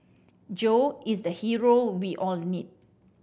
Joe is the hero we all need